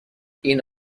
این